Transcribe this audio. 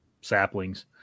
saplings